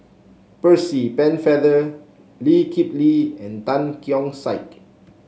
Percy Pennefather Lee Kip Lee and Tan Keong Saik